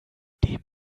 dem